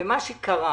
מה שקרה